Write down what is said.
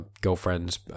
girlfriend's